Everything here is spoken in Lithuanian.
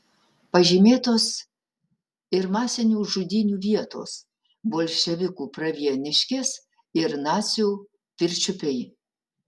pažymėtos ir masinių žudynių vietos bolševikų pravieniškės ir nacių pirčiupiai